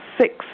six